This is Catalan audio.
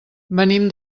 venim